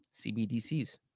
CBDCs